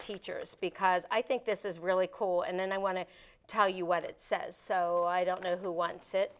teachers because i think this is really cool and i want to tell you what it says so i don't know who wants it